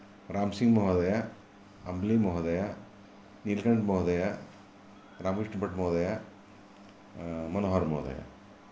रामसिंग् महोदयः हम्ब्लिंग् महोदयः निलकण्ठ् महोदयः रामकृष्णभट् महोदयः मनोहर् महोदयः